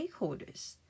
stakeholders